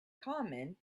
common